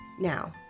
Now